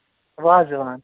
wazwan